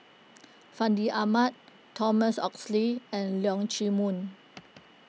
Fandi Ahmad Thomas Oxley and Leong Chee Mun